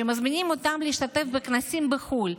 שמזמינים אותם להשתתף בכנסים בחו"ל.